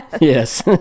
Yes